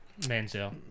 Manziel